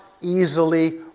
easily